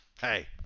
Hey